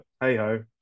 hey-ho